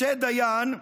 משה דיין,